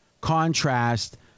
contrast